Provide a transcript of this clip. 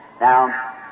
Now